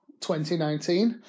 2019